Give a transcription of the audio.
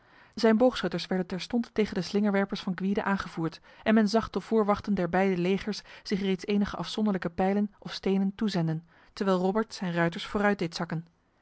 zijn boogschutters werden terstond tegen de slingerwerpers van gwyde aangevoerd en men zag de voorwachten der beide legers zich reeds enige afzonderlijke pijlen of stenen toezenden terwijl robert zijn ruiters vooruit deed zakken